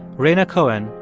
rhaina cohen,